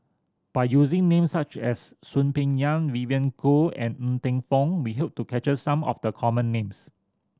by using names such as Soon Peng Yam Vivien Goh and Ng Teng Fong we hope to capture some of the common names